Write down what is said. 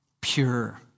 pure